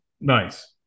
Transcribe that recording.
Nice